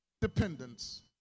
dependence